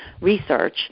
research